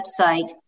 website